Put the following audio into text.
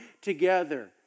together